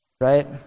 Right